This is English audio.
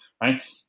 right